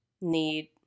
need